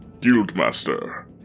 Guildmaster